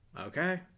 Okay